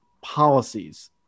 policies